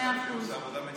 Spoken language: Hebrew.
היא עושה עבודה מצוינת,